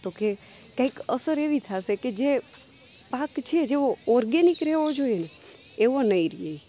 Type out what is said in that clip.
તો કે કઈક અસર એવી થશે કે જે પાક છે જેવો ઓર્ગનીક રેહવો જોઈએ ને એવો નહીં રહે